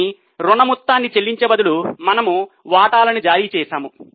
కాని రుణ మొత్తాన్ని చెల్లించే బదులు మనము వాటాలను జారీ చేసాము